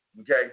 Okay